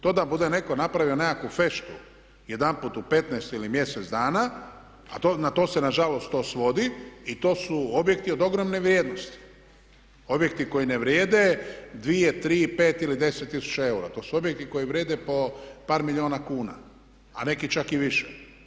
To da bude netko napravio nekakvu feštu jedanput u 15 ili mjesec dana a na to se nažalost to svodi i to su objekti od ogromne vrijednosti, objekti koji ne vrijede 2, 3, 5 ili 10 tisuća eura, to su objekti koji vrijede po par milijuna kuna a neki čak i više.